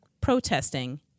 protesting